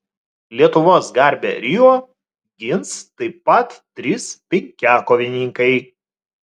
lietuvos garbę rio gins taip pat trys penkiakovininkai